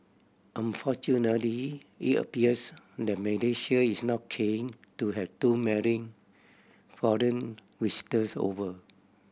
unfortunately it appears that Malaysia is not keen to have too many foreign visitors over